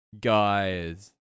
guys